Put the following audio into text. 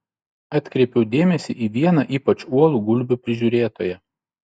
atkreipiau dėmesį į vieną ypač uolų gulbių prižiūrėtoją